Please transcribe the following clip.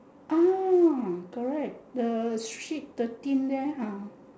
ah correct the street thirteen there ha